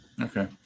Okay